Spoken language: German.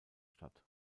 statt